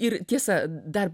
ir tiesa dar